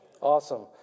Awesome